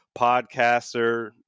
podcaster